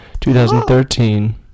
2013